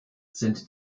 sind